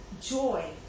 joy